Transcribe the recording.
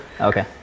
Okay